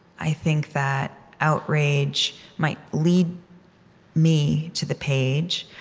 i think that outrage might lead me to the page,